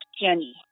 Jenny